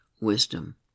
wisdom